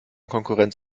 konkurrenz